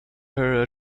her